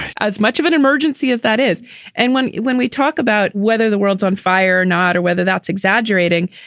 as much of an emergency as that is and when when we talk about whether the world's on fire or not or whether that's exaggerating,